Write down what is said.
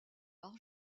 par